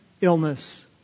illness